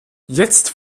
jetzt